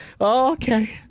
okay